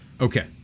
Okay